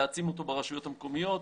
להעצים אותו ברשויות המקומיות.